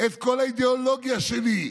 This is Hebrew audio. את כל האידיאולוגיה שלי.